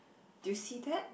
do you see that